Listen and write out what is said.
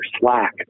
Slack